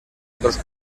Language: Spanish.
otros